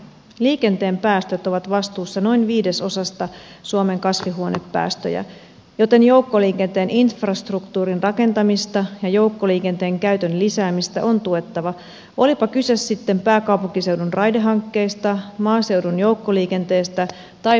liikenteen päästöt ovat vastuussa noin viidesosasta suomen kasvihuonepäästöjä joten joukkoliikenteen infrastruktuurin rakentamista ja joukkoliikenteen käytön lisäämistä on tuettava olipa kyse sitten pääkaupunkiseudun raidehankkeista maaseudun joukkoliikenteestä tai perusradanpidosta